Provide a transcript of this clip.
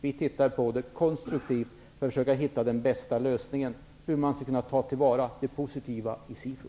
Vi tittar på det konstruktivt för att försöka hitta den bästa lösningen för att kunna ta till vara det positiva i SIFU.